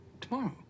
tomorrow